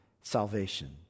salvation